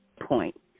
point